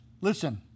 listen